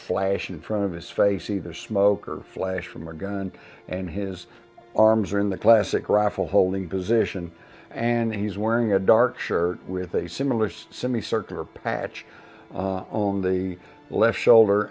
flash in front of his face either smoke or flash from your gun and his arms are in the classic raffle holding position and he's wearing a dark shirt with a similar simile circular patch on the left shoulder